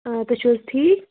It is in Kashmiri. آ تُہۍ چھُو حظ ٹھیٖک